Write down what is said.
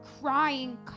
crying